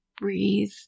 breathe